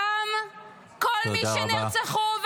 דם כל מי שנרצחו -- תודה רבה.